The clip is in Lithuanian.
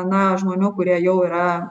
na žmonių kurie jau yra